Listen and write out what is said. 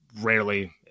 rarely